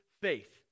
faith